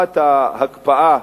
הארכת ההקפאה